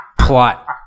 plot